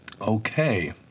Okay